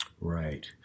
Right